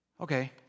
Okay